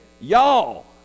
y'all